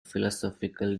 philosophical